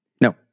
No